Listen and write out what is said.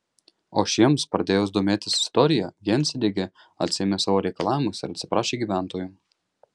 o šiems pradėjus domėtis istorija gjensidige atsiėmė savo reikalavimus ir atsiprašė gyventojų